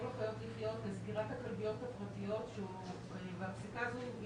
לחיות לחיות לסגירת הכלביות הפרטיות והפסיקה הזו,